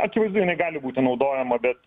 akivaizdu jinai gali būti naudojama bet